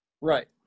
Right